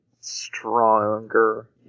stronger